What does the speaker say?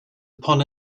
upon